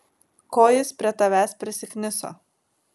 ko jis prie tavęs prisikniso